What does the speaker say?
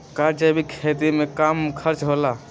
का जैविक खेती में कम खर्च होला?